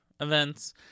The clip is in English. events